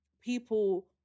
people